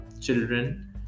children